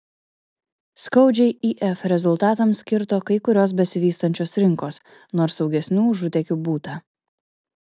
skaudžiai if rezultatams kirto kai kurios besivystančios rinkos nors saugesnių užutėkių būta